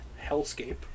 Hellscape